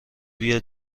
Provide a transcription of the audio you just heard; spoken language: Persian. بیا